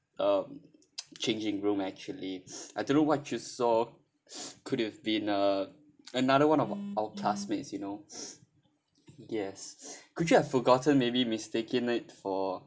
um changing room actually I don't know what you saw could have been uh another one of our classmates you know yes could you have forgotten maybe mistaken it for